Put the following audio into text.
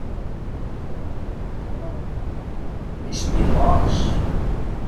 i spinas